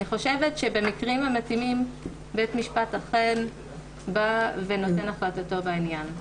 אני חושבת שבמקרים המתאימים בית משפט אכן נותן החלטתו בעניין.